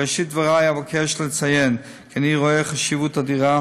בראשית דברי אבקש לציין כי אני רואה חשיבות אדירה